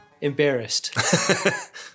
embarrassed